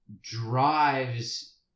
drives